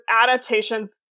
adaptations